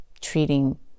treating